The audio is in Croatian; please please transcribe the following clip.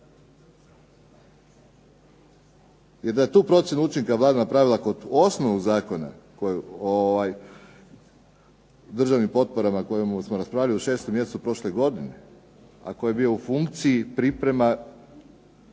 I da je tu procjenu učinka Vlada napravila kod osnovnog zakona o državnim potporama o kojem smo raspravljali u 6. mjesecu prošle godine, a koji je bio u funkciji priprema